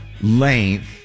length